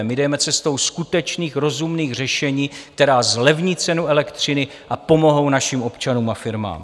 My jdeme cestou skutečných rozumných řešení, která zlevní cenu elektřiny a pomohou našim občanům a firmám.